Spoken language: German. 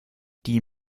die